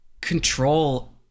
control